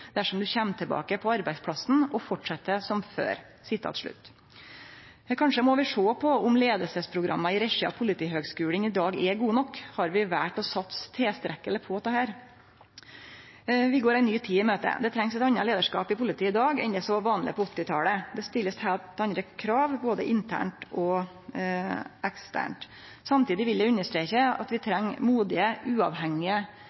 dersom du kommer tilbake på arbeidsplassen og fortsetter som før.» Kanskje må vi sjå på om leiingsprogramma i regi av Politihøgskolen i dag er gode nok. Har vi valt å satse tilstrekkeleg på dette? Vi går ei ny tid i møte. Det trengst eit anna leiarskap i politiet i dag enn det som var vanleg på 1980-talet. Det blir stilt heilt andre krav både internt og eksternt. Samtidig vil eg understreke at vi